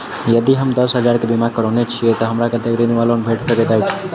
यदि हम दस हजार केँ बीमा करौने छीयै तऽ हमरा कत्तेक ऋण वा लोन भेट सकैत अछि?